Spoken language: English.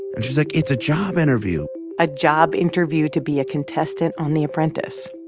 and she's like, it's a job interview a job interview to be a contestant on the apprentice.